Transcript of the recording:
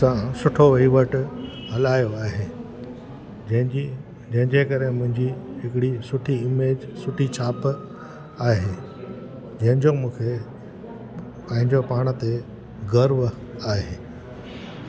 सां सुठो वेही वटि हलायो आहे जंहिंजी जंहिंजे करे मुंहिंजी हिकड़ी सुठी इमेज सुठी छाप आहे जंहिंजो मूंखे पंहिंजो पाण ते गर्व आहे